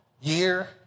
Year